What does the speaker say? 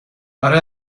آره